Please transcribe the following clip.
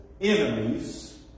enemies